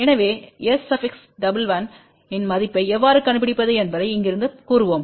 எனவே S11இன் மதிப்பை எவ்வாறு கண்டுபிடிப்பது என்பதை இங்கிருந்து கூறுவோம்